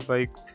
Bike